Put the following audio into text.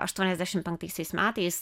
aštuoniasdešim penktaisiais metais